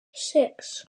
six